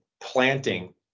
planting